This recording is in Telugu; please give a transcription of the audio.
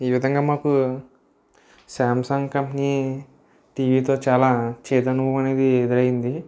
ఈ విధంగా మాకు శాంసంగ్ కంపెనీ టీవీతో చాలా చేదు అనుభవం అనేది ఎదురైంది